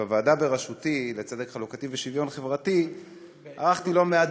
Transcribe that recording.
בוועדה בראשותי לצדק חלוקתי ושוויון חברתי ערכתי לא מעט